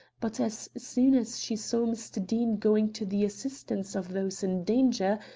but as soon as she saw mr. deane going to the assistance of those in danger,